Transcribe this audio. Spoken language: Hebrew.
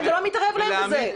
אני לא מתערבת להם בזה.